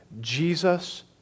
Jesus